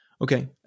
Okay